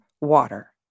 water